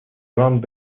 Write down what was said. ground